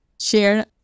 share